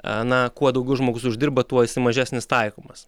na kuo daugiau žmogus uždirba tuo jisai mažesnis taikomas